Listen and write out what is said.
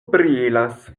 brilas